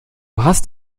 hast